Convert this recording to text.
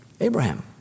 Abraham